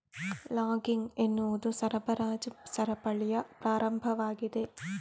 logging ಎನ್ನುವುದು ಸರಬರಾಜು ಸರಪಳಿಯ ಪ್ರಾರಂಭವಾಗಿದೆ